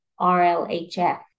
RLHF